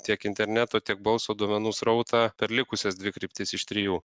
tiek interneto tiek balso duomenų srautą per likusias dvi kryptis iš trijų